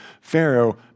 Pharaoh